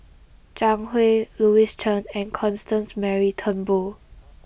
Zhang Hui Louis Chen and Constance Mary Turnbull